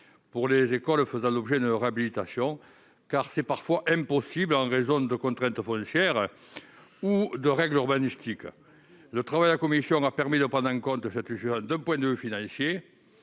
publique faisant l'objet d'une réhabilitation peut parfois s'avérer impossible en raison de contraintes foncières ou de règles urbanistiques. Le travail en commission a permis de prendre en compte cette situation d'un point de vue financier.